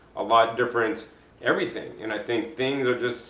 a lot different everything. and i think things are just